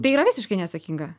tai yra visiškai neatsakinga